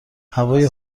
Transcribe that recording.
هوای